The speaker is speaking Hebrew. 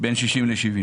בין 60 ל-70.